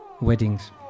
weddings